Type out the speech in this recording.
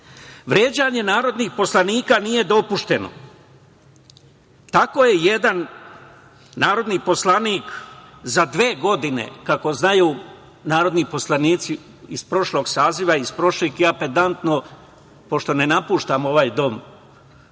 obavlja. Vređanje narodnih poslanika nije dopušteno. Tako je jedan narodni poslanik za dve godine, kako znaju narodni poslanici iz prošlog saziva, ja pedantno, pošto ne napuštam ovaj dom često,